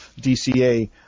dca